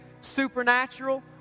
Supernatural